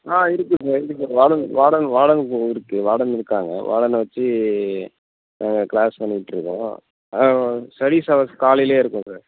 ஆ இருக்கு சார் இருக்கு warden warden வார்டனுக்கு இருக்கு வார்டன் இருக்காங்க வார்டனை வச்சு ஆ க்ளாஸ் பண்ணிட்டுருக்கோம் ஆ ஸ்டடிஸ் ஹவர்ஸ் காலையில் இருக்கும் சார்